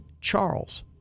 Charles